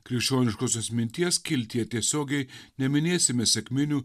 krikščioniškosios minties skiltyje tiesiogiai neminėsime sekminių